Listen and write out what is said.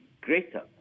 greater